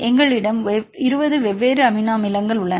எங்களிடம் 20 வெவ்வேறு அமினோ அமிலங்கள் உள்ளன